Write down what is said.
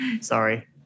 Sorry